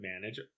manage